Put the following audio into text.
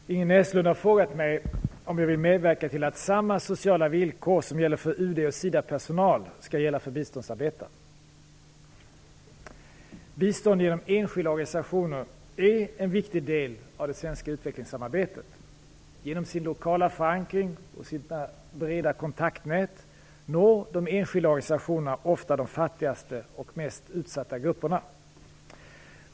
Fru talman! Ingrid Näslund har frågat mig om jag vill medverka till att samma sociala villkor som gäller för UD och SIDA-personal skall gälla för biståndsarbetare. Bistånd genom enskilda organisationer är en viktig del av det svenska utvecklingssamarbetet. Genom sin lokala förankring och sina breda kontaktnät når de enskilda organisationerna ofta de fattigaste och mest utsatta grupperna.